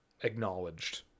acknowledged